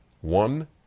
One